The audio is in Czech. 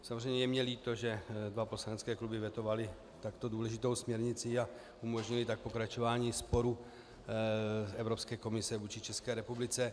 Samozřejmě je mi líto, že dva poslanecké kluby vetovaly takto důležitou směrnici a umožnily tak pokračování sporu Evropské komise vůči České republice.